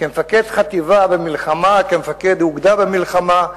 כמפקד חטיבה במלחמה, כמפקד אוגדה במלחמה,